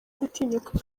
gutinyuka